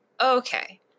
okay